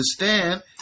understand